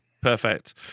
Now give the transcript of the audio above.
Perfect